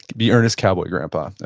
be earnest cowboy grandpa.